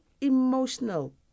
emotional